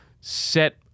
set